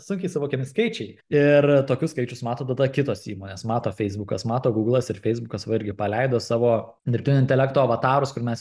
sunkiai suvokiami skaičiai ir tokius skaičius mato tada kitos įmonės mato feisbukas mato guglas ir feisbukas va irgi paleido savo dirbtinio intelekto avatarus kur mes